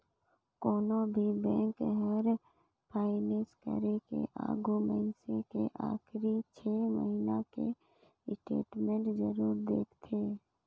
कोनो भी बेंक हर फाइनेस करे के आघू मइनसे के आखरी छे महिना के स्टेटमेंट जरूर देखथें